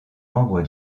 membres